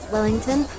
Wellington